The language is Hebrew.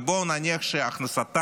ובואו נניח שהכנסתם